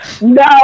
No